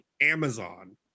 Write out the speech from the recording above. Amazon